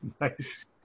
Nice